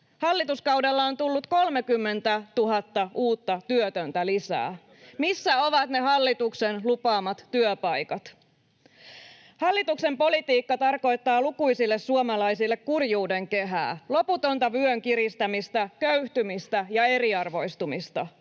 Hallituskaudella on tullut 30 000 uutta työtöntä lisää. Missä ovat ne hallituksen lupaamat työpaikat? Hallituksen politiikka tarkoittaa lukuisille suomalaisille kurjuuden kehää: loputonta vyön kiristämistä, köyhtymistä ja eriarvoistumista.